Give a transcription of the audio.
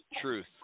truth